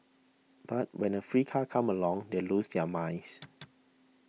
but when a free car comes along they lose their minds